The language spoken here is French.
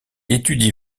étudie